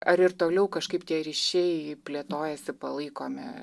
ar ir toliau kažkaip tie ryšiai plėtojasi palaikomi